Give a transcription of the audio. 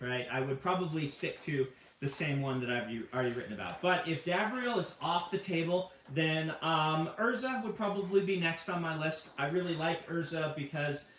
i would probably stick to the same one that i've already written about. but if gabriel is off the table, then um urza would probably be next on my list. i really like urza because